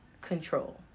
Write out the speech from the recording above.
control